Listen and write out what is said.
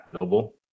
noble